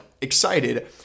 excited